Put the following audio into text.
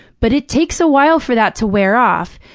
but it takes a while for that to wear off.